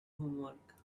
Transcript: homework